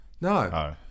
No